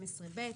55א12ב,